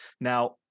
now